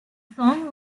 song